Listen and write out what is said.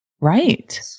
right